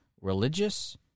religious